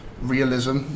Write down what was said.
realism